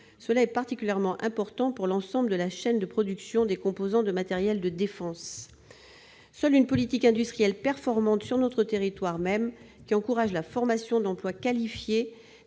C'est particulièrement important pour l'ensemble de la chaîne de production des composants de matériels de défense. Seule une politique industrielle performante sur notre territoire même, qui encourage la formation d'emplois qualifiés,